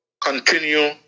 continue